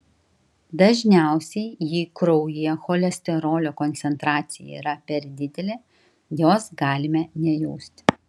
dažniausiai jei kraujyje cholesterolio koncentracija yra per didelė jos galime nejausti